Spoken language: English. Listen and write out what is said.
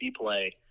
play